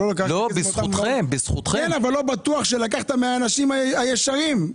לא בטוח שלקחת מאנשים הישרים.